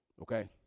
Okay